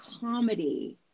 comedy